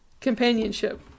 companionship